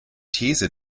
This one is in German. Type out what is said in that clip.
these